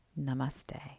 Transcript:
namaste